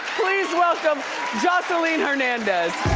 please welcome joseline hernandez.